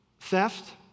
theft